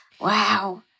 Wow